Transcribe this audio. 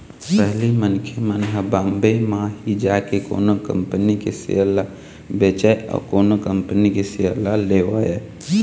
पहिली मनखे मन ह बॉम्बे म ही जाके कोनो कंपनी के सेयर ल बेचय अउ कोनो कंपनी के सेयर ल लेवय